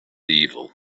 evil